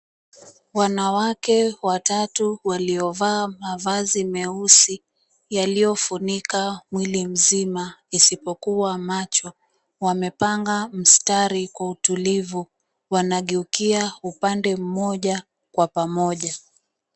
Wanawake watatu waliovaa mavazi meusi yaliyofunika mwili mzima isipokuwa macho wamepanga mstari kwa utulivu wanageukia upande mmoja kwa pamoja.